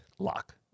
Lock